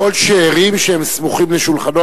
כל שאירים שהם סמוכים על שולחנו,